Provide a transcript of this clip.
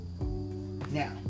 Now